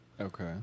Okay